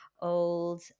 old